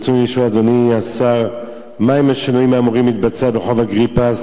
רצוני לשאול: 1. מה הם השינויים האמורים להתבצע ברחוב אגריפס,